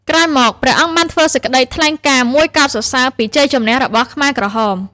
ក្រោយមក ព្រះអង្គបានធ្វើសេចក្តីថ្លែងការណ៍មួយកោតសរសើរពីជ័យជម្នះរបស់ខ្មែរក្រហម។